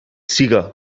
siga